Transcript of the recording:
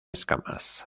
escamas